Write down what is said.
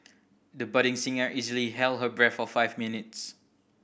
the budding singer easily held her breath for five minutes